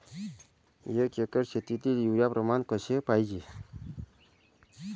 एक एकर शेतीले युरिया प्रमान कसे पाहिजे?